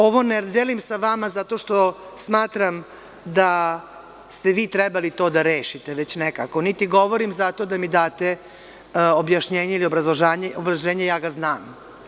Ovo ne delim sam vama zato što smatram da ste vi trebali to da rešite, već nekako, niti govorim zato da mi date objašnjenje ili obrazloženje, ja ga znam.